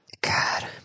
God